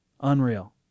Unreal